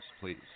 please